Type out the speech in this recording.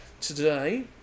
Today